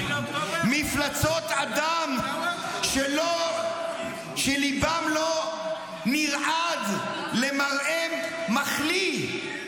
מפלצות אדם שליבם לא נרעד למראה מחליא,